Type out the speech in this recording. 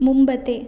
മുമ്പത്തെ